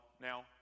now